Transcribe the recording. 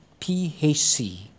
PHC